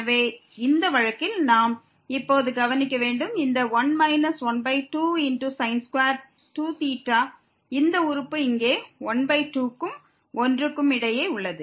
எனவே இந்த வழக்கில் நாம் இப்போது கவனிக்க வேண்டும் இந்த 1 122θ இந்த உறுப்பு இங்கே 12 க்கும் 1 க்கும் இடையே உள்ளது